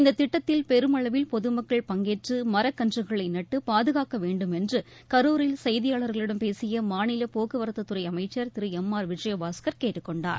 இந்தத் திட்டத்தில் பெருமளவில் பொதுமக்கள் பங்கேற்று மரக்கன்றுகளை நட்டு பாதுகாக்க வேண்டும் என்று கரூரில் செய்தியாளர்களிடம் பேசிய மாநில போக்குவரத்து துறை அமைச்சர் திரு எம் ஆர் விஜயபாஸ்கர் கேட்டுக் கொண்டார்